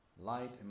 light